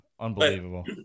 Unbelievable